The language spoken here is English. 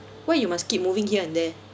why you must keep moving here and there